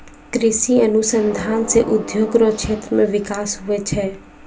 कृषि अनुसंधान से उद्योग रो क्षेत्र मे बिकास हुवै छै